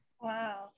Wow